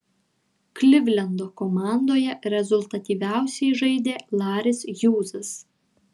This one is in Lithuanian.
klivlendo komandoje rezultatyviausiai žaidė laris hjūzas